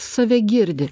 save girdi